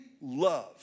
love